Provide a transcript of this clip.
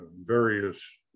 various